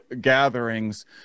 gatherings